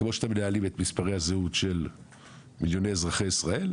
כמו שאתם מנהלים את מספרי הזהות של מיליוני אזרחי ישראל,